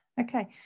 Okay